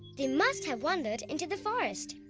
they must have wandered into the forest.